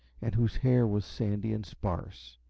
and whose hair was sandy and sparse,